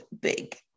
big